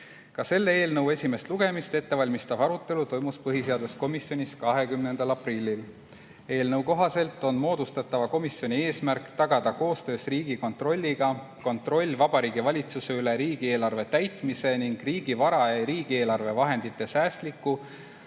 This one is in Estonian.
Ka selle eelnõu esimest lugemist ette valmistav arutelu toimus põhiseaduskomisjonis 20. aprillil. Eelnõu kohaselt on moodustatava komisjoni eesmärk tagada koostöös Riigikontrolliga kontroll Vabariigi Valitsuse üle riigieelarve täitmise ning riigi vara ja riigieelarve vahendite säästliku,